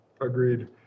Agreed